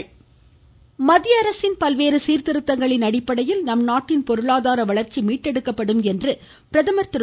பிரதமர் மத்திய அரசின் பல்வேறு சீர்திருத்தங்களின் அடிப்படையில் நம் நாட்டின் பொருளாதார வளர்ச்சி மீட்டெடுக்கப்படும் என்று பிரதமர் திரு